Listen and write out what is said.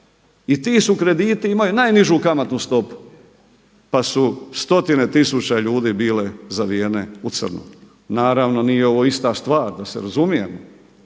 i ti krediti imaju najnižu kamatnu stopu, pa su stotine tisuća ljudi bile zavijene u crno. Naravno nije ovo ista stvar da se razumijemo,